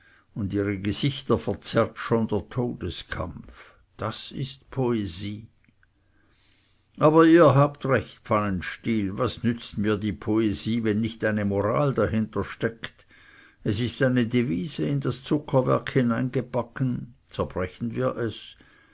und ihre gesichter verzerrt schon der todeskampf das ist poesie aber ihr habt recht pfannenstiel was nützt mir die poesie wenn nicht eine moral dahintersteckt es ist eine devise in das zuckerwerk hineingebacken zerbrechen wir es